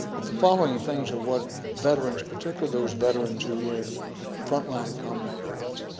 that the following things are what veterans, particularly those veterans who were in front line combat units,